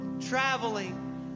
Traveling